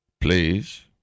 Please